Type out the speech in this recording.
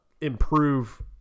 Improve